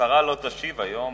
השרה לא תשיב היום,